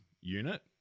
unit